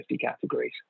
categories